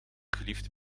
geliefd